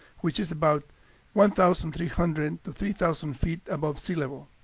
which is about one thousand three hundred to three thousand feet above sea level.